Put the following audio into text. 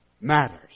matters